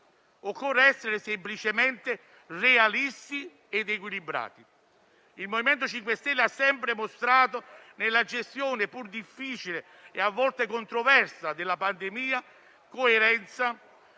occorre essere semplicemente realisti ed equilibrati. Il MoVimento 5 Stelle ha sempre mostrato, nella gestione pur difficile e, a volte, controversa della pandemia, coerenza,